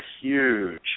huge